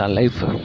life